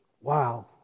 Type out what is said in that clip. Wow